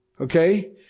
Okay